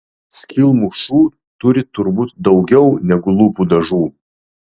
skylmušų turi turbūt daugiau negu lūpų dažų